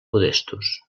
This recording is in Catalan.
modestos